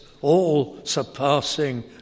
all-surpassing